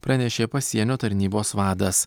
pranešė pasienio tarnybos vadas